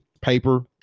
paper